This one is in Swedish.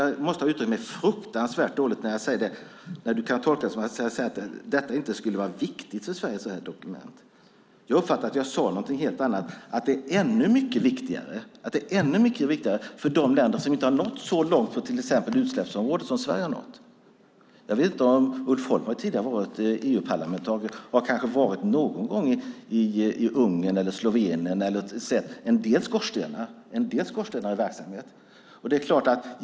Jag måste ha uttryckt mig fruktansvärt dåligt när du kan tolka det som att jag säger att detta dokument inte skulle vara viktigt för Sverige. Jag uppfattade att jag sade någonting helt annat, att det är ännu mycket viktigare för de länder som inte har nått så långt på till exempel utsläppsområdet som Sverige har nått. Jag vet inte om Ulf Holm tidigare har varit EU-parlamentariker och kanske någon gång har varit i Ungern eller Slovenien och sett en del skorstenar i verksamhet.